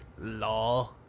law